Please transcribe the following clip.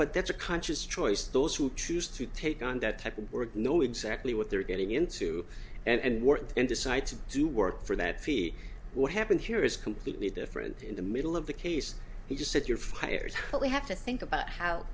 but that's a conscious choice those who choose to take on that type of work know exactly what they're getting into and work and decide to do work for that fee what happened here is completely different in the middle of the case he just said you're fired but we have to think about how